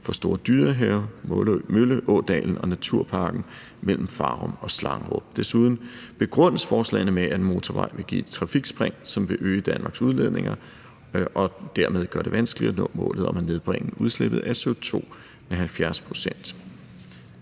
for Store Dyrehave, Mølleådalen og naturparken mellem Farum og Slangerup. Desuden begrundes forslagene med, at en motorvej vil give et trafikspring, hvilket vil øge Danmarks udledninger og dermed gøre det vanskeligere at nå målet om at nedbringe udslippet af CO2 med 70 pct.